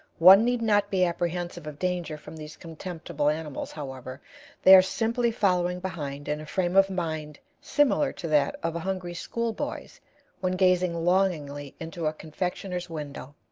one need not be apprehensive of danger from these contemptible animals, however they are simply following behind in a frame of mind similar to that of a hungry school-boy's when gazing longingly into a confectioner's window.